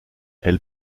elle